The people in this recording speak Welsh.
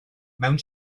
mewn